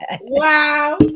Wow